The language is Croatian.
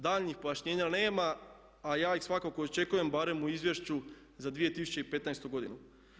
Daljnjih pojašnjenja nema, a ja ih svakako očekujem barem u Izvješću za 2015. godinu.